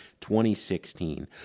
2016